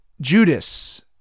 judas